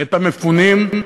את המפונים,